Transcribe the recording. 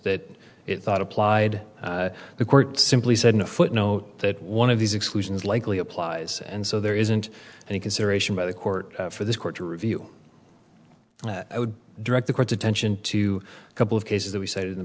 that it thought applied the court simply said in a footnote that one of these exclusions likely applies and so there isn't any consideration by the court for this court to review and i would direct the court's attention to a couple of cases that we cited